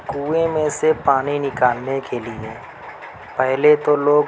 کنویں میں سے پانی نکالنے کے لیے پہلے تو لوگ